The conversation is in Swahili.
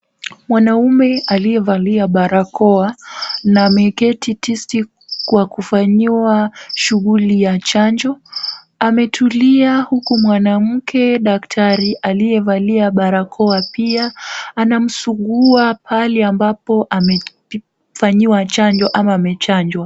Mwanaume aliyevalia barakoa na ameketi tisti kwa kufanyiwa shughuli ya chanjo, ametulia huku mwanamke daktari aliyevalia barakoa pia anamsugua pahali ambapo amefanyiwa chanjo ama amechanjwa.